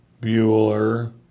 Bueller